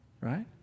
right